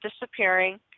disappearing